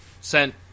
sent